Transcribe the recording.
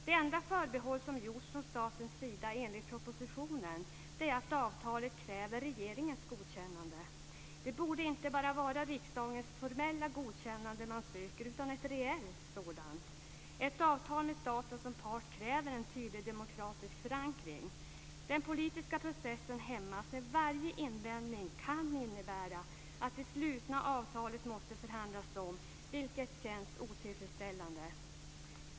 Det enda förbehåll som gjorts från statens sida är enligt propositionen att avtalet kräver regeringens godkännande. Det borde inte bara vara riksdagens formella godkännande man söker, utan ett reellt sådant. Ett avtal med staten som part kräver en tydlig demokratisk förankring. Den politiska processen hämmas när varje invändning kan innebära att det slutna avtalet måste förhandlas om. Det känns otillfredsställande.